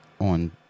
on